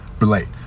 relate